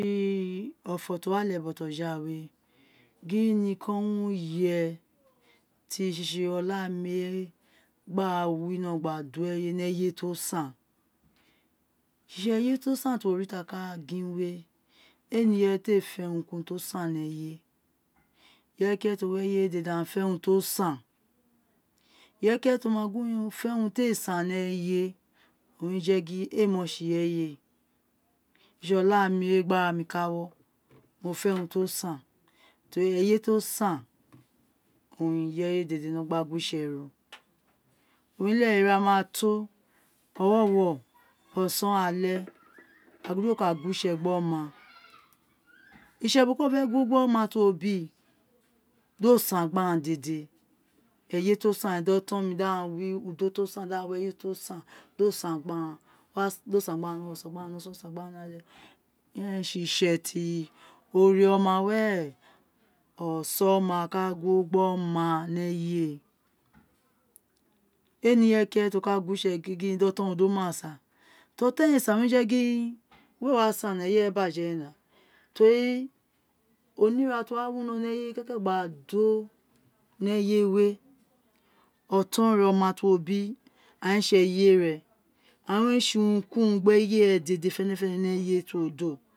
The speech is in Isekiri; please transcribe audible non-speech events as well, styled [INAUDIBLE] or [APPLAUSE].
[HESITATION] ofo ti o wi ále bojo ghawe gin niko won ye ti sisi ọláà mi wé gba wino gba do ẹyé ni ẹyé ti o san [HESITATION] sisi ẹyé ti o sàn ti won ti a ká gin wé éè ni irẹyé ti éè fẹ urun ki urun ti o san ni ẹyé irẹyé ki irẹyé ti o wi ẹyé wé dede aghan fe urun to i san ireyé ki ireyé ti o má gin owun éè fẹ urun ti éè sàn ni ẹyé oloun ré jẹ gin éè mọ si irẹyé ṣiṣi oláàmi wé gi a ra mi ka wọ mofẹ urun ti o sàn teri ẹyé to o sàn owun irẹyé dede winọrọn gba gwó iṣẹ róc owun ré leghe ira ma to ọwọwọ ọsọn alẹ áà gin di uwo ka gwo isẹ gbẹ ọma isẹ ti boko wo fẹ gwó gbẹ ọma ti uwo bi dóò sàn gbe aghan dede ẹyé ti o sàn di ọtọn mi di aghan wi udo ti o sàn di aghan wi ẹyé ti o sàn dóò sàn gbe aghan dede dóò san gbẹ aghan ni ọwọnọ sàn gbe aghan ni ọsọn sàn gbẹ aghan ni alẹ ẹrẹn owun ré si isẹ ti oré ọma werẹ ọsọn ma ka gwó gbe ọma ni ẹyé è [HESITATION] éè ni ki irẹyé ti o ka gwo ise gin gin di oton ro di o máá sàn ti oton rẹ éè sàn owun ré jẹ gin wéè wa san ẹyé rẹ ba jẹ rẹ now terio nẹ ira ti uwo wa winọ ni ẹyé wé wẹwẹ gba do ni ẹyé wé ọtọn rẹ oma ti uwo bi aghan é sẹ ẹyé rẹ aghan owun re sé urun ki urun gbẹ ẹye rẹ dede fẹnẹfẹnẹ ni ẹyé ti uwo dóò